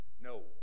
No